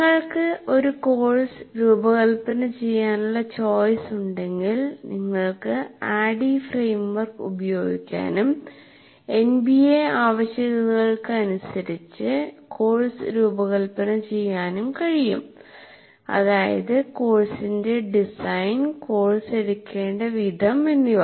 നിങ്ങൾക്ക് ഒരു കോഴ്സ് രൂപകൽപ്പന ചെയ്യാനുള്ള ചോയ്സ് ഉണ്ടെങ്കിൽ നിങ്ങൾക്ക് ADDIE ഫ്രെയിംവർക്ക് ഉപയോഗിക്കാനും എൻബിഎ ആവശ്യകതകൾക്ക് അനുസരിച്ച് കോഴ്സ് രൂപകൽപ്പന ചെയ്യാനും കഴിയും അതായത് കോഴ്സിന്റെ ഡിസൈൻ കോഴ്സ് എടുക്കേണ്ട വിധം എന്നിവ